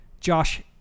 Josh